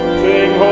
sing